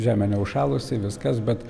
žemė neužšalusi viskas bet